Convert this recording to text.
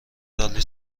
سالی